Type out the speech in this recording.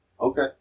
Okay